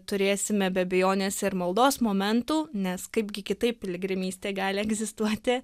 turėsime be abejonės ir maldos momentų nes kaipgi kitaip piligrimystė gali egzistuoti